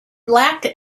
lacked